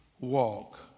walk